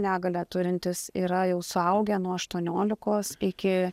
negalią turintys yra jau suaugę nuo aštuoniolikos iki